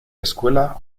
escuela